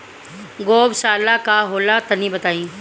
गौवशाला का होला तनी बताई?